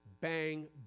Bang